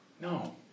No